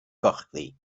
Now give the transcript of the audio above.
gochddu